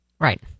Right